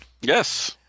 Yes